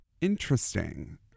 Interesting